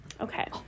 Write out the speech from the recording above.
Okay